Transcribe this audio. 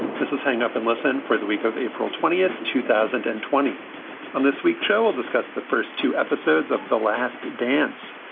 this is hang up and listen for the week of april twentieth, two thousand and twenty and this week show we'll discuss the first two episodes of the last dance.